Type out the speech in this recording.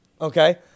okay